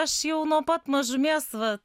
aš jau nuo pat mažumės va